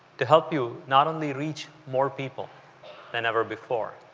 to help you not only reach more people than ever before,